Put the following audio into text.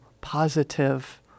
positive